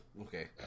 Okay